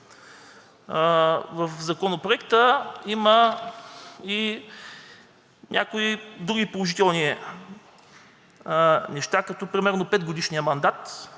В Законопроекта има и някои други положителни неща като например петгодишният мандат